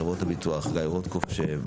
הביטוחים.